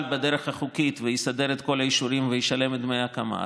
בדרך החוקית ויסדר את כל האישורים וישלם את דמי הקמה,